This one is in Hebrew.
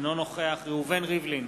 אינו נוכח ראובן ריבלין,